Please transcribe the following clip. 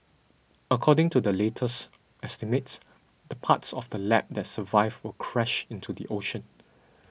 according to the latest estimates the parts of the lab that survive will crash into the ocean